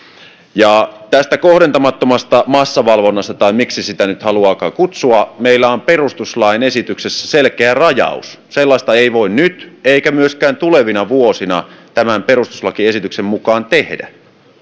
tästä kohdentamattomasta massavalvonnasta tai miksi sitä nyt haluaakaan kutsua meillä on perustuslain esityksessä selkeä rajaus sellaista ei voi nyt eikä myöskään tulevina vuosina tämän perustuslakiesityksen mukaan tehdä